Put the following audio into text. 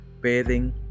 bathing